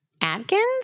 Adkins